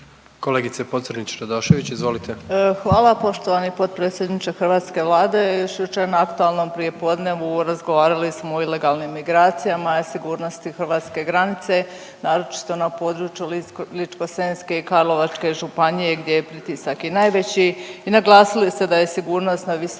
izvolite. **Pocrnić-Radošević, Anita (HDZ)** Hvala. Poštovani potpredsjedniče hrvatske Vlade još jučer na aktualnom prijepodnevu razgovarali smo o ilegalnim migracijama i sigurnosti hrvatske granice naročito na području Ličko-senjske i Karlovačke županije gdje je pritisak i najveći i naglasili ste da je sigurnost na visokoj